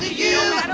you